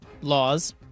laws